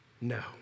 No